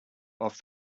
off